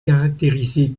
caractérisée